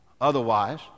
Otherwise